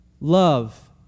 love